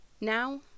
Now